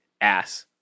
Ass